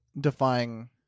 defying